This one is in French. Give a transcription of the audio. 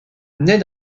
naît